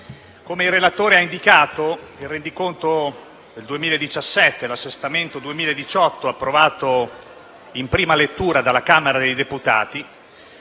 come il relatore ha indicato, il rendiconto per il 2017 e l'assestamento per il 2018, approvato in prima lettura dalla Camera dei deputati,